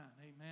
amen